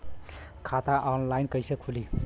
खाता ऑनलाइन कइसे खुली?